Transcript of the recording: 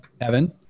Evan